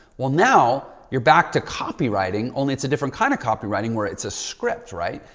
well now you're back to copywriting only. it's a different kind of copywriting where it's a script, right?